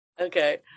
Okay